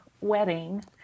wedding